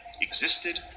existed